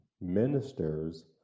ministers